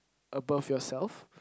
above yourself